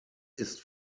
ist